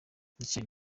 michael